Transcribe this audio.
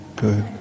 good